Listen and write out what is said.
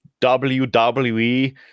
wwe